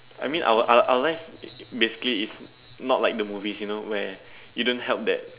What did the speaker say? I mean our our our life basically is not like the movies you know where you don't help that